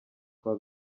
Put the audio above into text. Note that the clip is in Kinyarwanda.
kwa